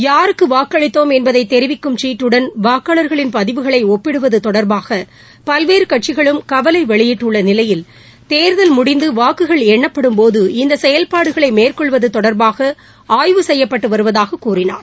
யாருக்கு வாக்களித்தோம் என்பதை தெரிவிக்கும் சீட்டுடன் வாக்காளர்களின் பதிவுகளை ஒப்பிடுவது தொடர்பாக பல்வேற கட்சிகளும் கவலை வெளியிட்டுள்ள நிலையில் தேர்தல் முடிந்து வாக்குகள் எண்ணப்படும்போது இந்த செயல்பாடுகளை மேற்கொள்வது தொடர்பாக ஆய்வு செய்யப்பட்டு வருவதாக கூறினார்